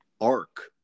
arc